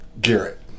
Garrett